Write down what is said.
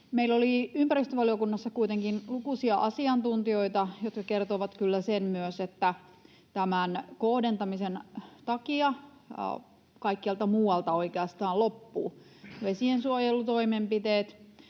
Meillä oli ympäristövaliokunnassa kuitenkin lukuisia asiantuntijoita, jotka kertoivat kyllä myös sen, että tämän kohdentamisen takia oikeastaan kaikkialta muualta vesiensuojelutoimenpiteet